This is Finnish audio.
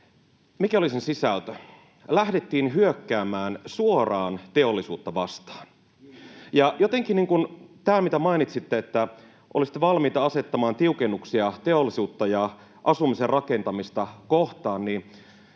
sisältö eduskunnassa: lähdettiin hyökkäämään suoraan teollisuutta vastaan. Ja tämä, mitä mainitsitte, että olisitte valmiita asettamaan tiukennuksia teollisuutta ja asumisen rakentamista kohtaan: